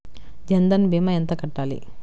జన్ధన్ భీమా ఎంత కట్టాలి?